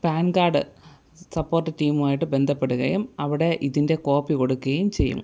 pan card support ടീമുമായിട്ട് ബന്ധപ്പെടുകയും അവിടെ ഇതിൻ്റെ കോപ്പി കൊടുക്കുകയും ചെയ്യും